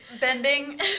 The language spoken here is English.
Bending